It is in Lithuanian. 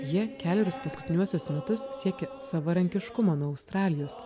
jie kelerius paskutiniuosius metus siekė savarankiškumo nuo australijos